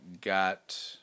got